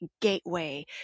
gateway